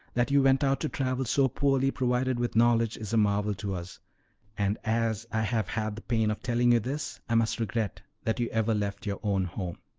that you went out to travel so poorly provided with knowledge is a marvel to us and as i have had the pain of telling you this, i must regret that you ever left your own home.